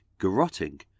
garrotting